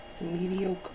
Mediocre